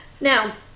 Now